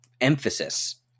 emphasis